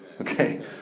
Okay